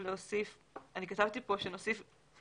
כתבתי כאן שנוסיף